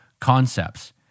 concepts